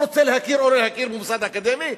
הוא רוצה להכיר או לא להכיר במוסד אקדמי,